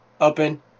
Open